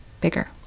bigger